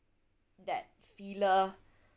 that feeler